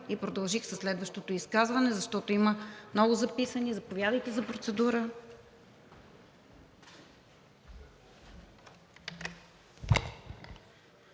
и продължих със следващото изказване, защото има много записани. Заповядайте за процедура.